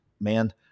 man